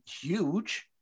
huge